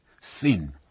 sin